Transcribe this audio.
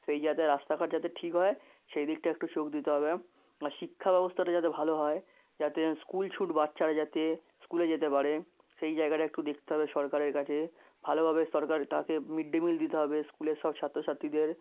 সেই যাতে রাস্তাঘাট যাতে ঠিক হয় সেই দিকটা একটু চোখ দিতে হবে আর শিক্ষা ব্যবস্থাটা যাতে ভালো হয় যাতে স্কুল ছুট বাচ্চারা যাতে স্কুলে যেতে পারে সেই জায়গাটা একটু দেখতে হবে সরকারের কাছে ভালোভাবে সরকার তাকে মিড ডে মিল দিতে হবে স্কুলের সব ছাত্র ছাত্রীদের